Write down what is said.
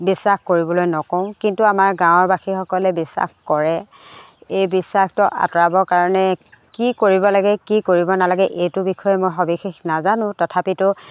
বিশ্বাস কৰিবলৈ নকওঁ কিন্তু আমাৰ গাঁৱৰ বাসীসকলে বিশ্বাস কৰে এই বিশ্বাসটো আঁতৰাবৰ কাৰণে কি কৰিব লাগে কি কৰিব নালাগে এইটো বিষয়ে মই সবিশেষ নাজানো তথাপিতো